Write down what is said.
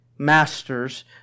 Masters